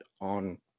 on